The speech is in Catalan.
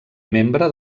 membre